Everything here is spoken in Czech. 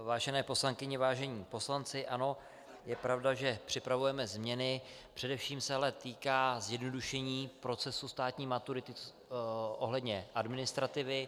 Vážené poslankyně, vážení poslanci, ano, je pravda, že připravujeme změny, především se to ale týká zjednodušení procesu státní maturity ohledně administrativy.